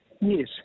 yes